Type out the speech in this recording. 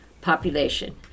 population